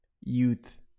youth